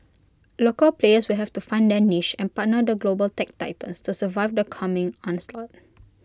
local players will have to find their niche and partner the global tech titans to survive the coming onslaught